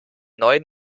neuen